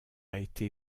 été